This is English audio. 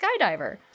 skydiver